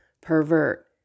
pervert